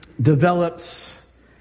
develops